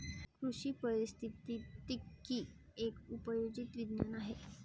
कृषी पारिस्थितिकी एक उपयोजित विज्ञान आहे